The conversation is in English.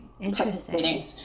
Interesting